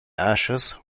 ashes